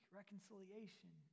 reconciliation